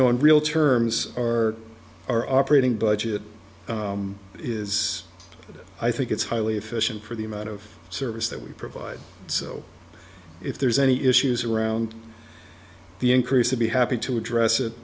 know in real terms are our operating budget is i think it's highly efficient for the amount of service that we provide so if there's any issues around the increase of be happy to address